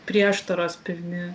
prieštaros pilni